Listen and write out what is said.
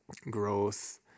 Growth